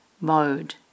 mode